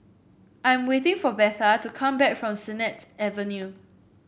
I'm waiting for Betha to come back from Sennett Avenue